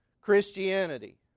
Christianity